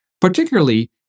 particularly